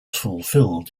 fulfilled